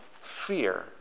fear